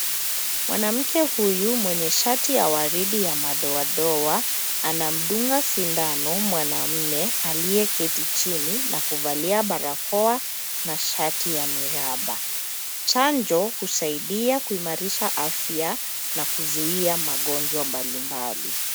Mwanamke huyu mwenye shati ya waridi ya madoadoa anamdunga sindano mwanaume aliyeketi chini na kuvalia barakoa na shati ya miraba. Chanjo husaidia kuimarisha afya na kuzuia magonjwa mbalimbali.